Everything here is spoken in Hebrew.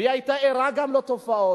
והיא היתה ערה גם לתופעות.